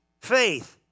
faith